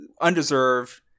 undeserved –